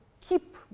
keep